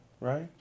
right